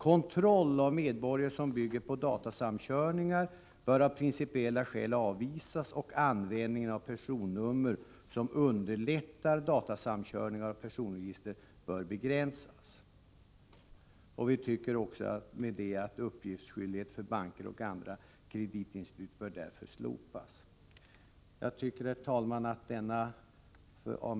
Kontroll av medborgare som bygger på datasamkörningar bör av principiella skäl avvisas och användningen av personnummer som underlättar datasamkörningar av personregister bör begränsas.” Vi anser med andra ord att uppgiftsskyldigheten för banker och andra kreditinstitut därför bör slopas. Herr talman!